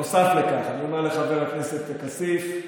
נוסף לכך, אני אומר לחבר הכנסת כסיף,